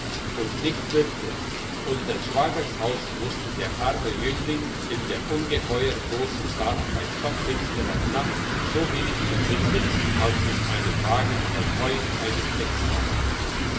und nicht wirtet und des schwagers haus wusste der arme jüngling in der ungeheuer grossen stadt bei stockfinsterer nacht so wenig zu finden als in einem wagen voll heu eine stecknadel